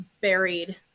buried